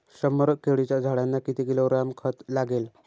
शंभर केळीच्या झाडांना किती किलोग्रॅम खत लागेल?